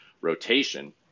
rotation